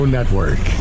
Network